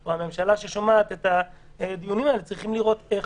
או הממשלה ששומעת את הדיונים האלה צריכים לראות איך